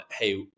hey